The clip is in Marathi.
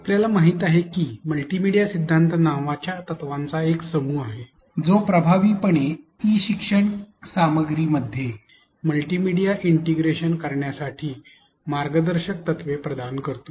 आपल्याला माहित आहे की मल्टीमीडिया सिद्धांत नावाच्या तत्त्वांचा एक समूह आहे जो प्रभावीपणे ई शिक्षण सामग्रीमध्ये मल्टीमीडिया इंटिग्रेट करण्यासाठी मार्गदर्शक तत्त्वे प्रदान करतो